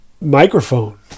microphone